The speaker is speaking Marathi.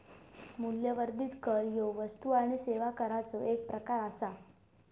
मूल्यवर्धित कर ह्यो वस्तू आणि सेवा कराचो एक प्रकार आसा